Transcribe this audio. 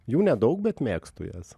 jų nedaug bet mėgstu jas